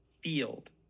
field